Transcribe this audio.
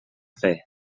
fer